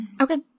Okay